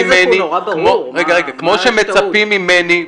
כמו שמצפים ממני,